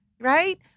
right